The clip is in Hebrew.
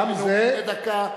אלה נאומים בני דקה.